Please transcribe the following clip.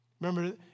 Remember